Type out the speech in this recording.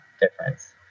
difference